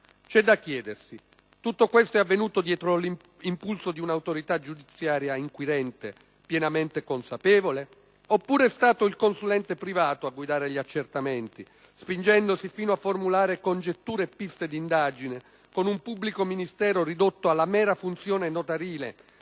C'è da chiedersi se tutto ciò è avvenuto dietro impulso di un'autorità giudiziaria inquirente pienamente consapevole, oppure se è stato il consulente privato a guidare gli accertamenti spingendosi fino a formulare congetture e piste di indagine, con un pubblico ministero ridotto alla mera funzione notarile